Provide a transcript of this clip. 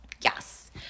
yes